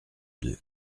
deux